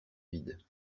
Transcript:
vide